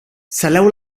saleu